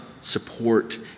support